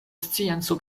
scienco